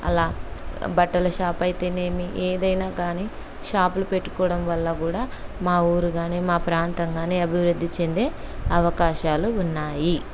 అలా బట్టల షాప్ అయితేనేమి ఏదైనా గానీ షాపులు పెట్టుకోవడం వల్ల కూడా మా ఊరు కానీ మా ప్రాంతం కానీ అభివృద్ధి చెందే అవకాశాలు ఉన్నాయి